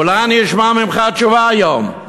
אולי אני אשמע ממך תשובה היום.